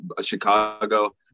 Chicago